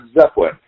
Zeppelin